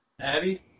Abby